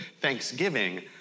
thanksgiving